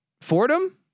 Fordham